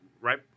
right